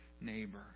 neighbor